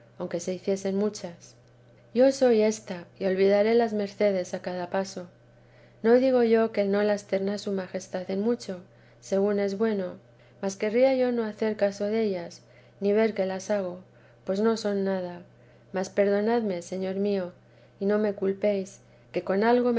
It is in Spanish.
aunque se hiciesen muchas yo soy ésta y olvidaré las mercedes a cada paso no digo yo que no las terna su majestad en mucho según es bueno mas querría yo no hacer caso dellas ni ver que las hago pues no son nada mas perdonadme señor mío y no me culpéis que con algo me